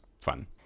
fun